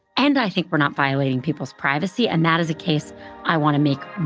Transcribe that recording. and i think we're not violating people's privacy. and that is a case i wanna make,